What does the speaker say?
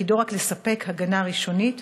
ותפקידו רק לספק הגנה ראשונית,